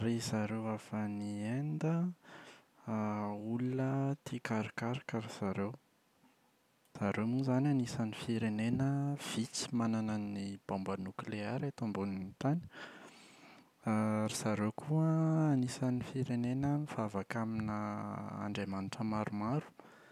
Ry zareo avy any Inde an olona tia karokaroka ry zareo. Zareo moa izany anisan’ny firenena vitsy manana ny baomba nokleary eto ambonin’ny tany. ry zareo koa an anisan’ny firenena mivavaka aminà andriamanitra maromaro.